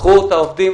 קחו את העובדים,